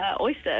oyster